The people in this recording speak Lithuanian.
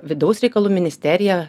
vidaus reikalų ministerija